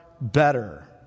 better